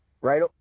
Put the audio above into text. right